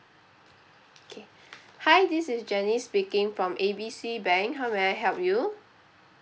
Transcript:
okay hi this is janice speaking from A B C bank how may I help you